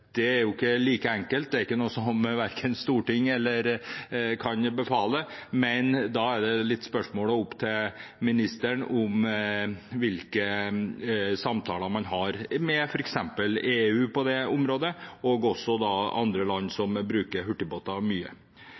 Det er jo ikke like enkelt, og det er ikke noe som Stortinget kan befale. Men da er det litt opp til ministeren, med tanke på hvilke samtaler man har, f.eks. med EU, på det området, og også med andre land som bruker hurtigbåter mye.